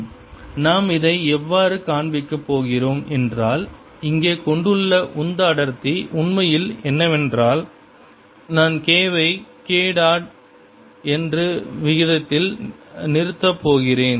B0KS10EBσK0 Momentum density1c2σK00σK நாம் இதை எவ்வாறு காண்பிக்க போகிறோம் என்றால் இங்கே கொண்டுள்ள உந்த அடர்த்தி உண்மையில் என்னவென்றால் நான் K வை K டாட் என்ற விகிதத்தில் நிறுத்தப்போகிறேன்